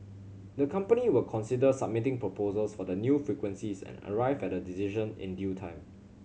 the company will consider submitting proposals for the new frequencies and arrive at a decision in due time